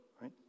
right